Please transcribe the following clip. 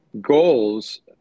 goals